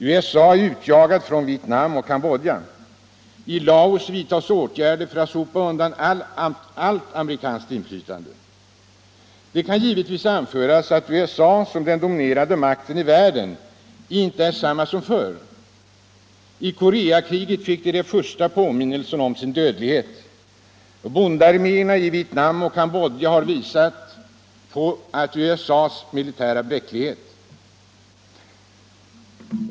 USA är utjagat från Vietnam och Cambodja. I Laos vidtas åtgärder för att sopa undan allt amerikanskt inflytande. Det kan givetvis anföras att USA som den dominerande makten i världen inte är detsamma som förr. I Koreakriget fick USA den första påminnelsen om sin dödlighet. Bondearméerna i Vietnam och Cambodja har visat på USA:s militära bräcklighet.